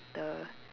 the